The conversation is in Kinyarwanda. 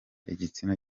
igitsina